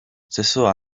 stesso